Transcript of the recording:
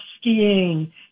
skiing